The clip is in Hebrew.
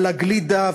על הגלידה,